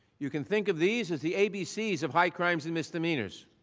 you can think of these as the abcs of high crimes and misdemeanors.